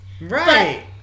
Right